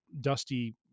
Dusty